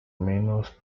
menos